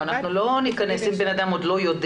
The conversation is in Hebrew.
לא ניכנס לשאלה אם בן אדם עוד לא יודע.